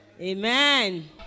Amen